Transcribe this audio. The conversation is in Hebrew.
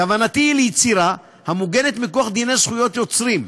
כוונתי היא ליצירה המוגנת מכוח דיני זכויות יוצרים,